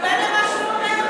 שר הביטחון מתכוון למה שהוא אומר?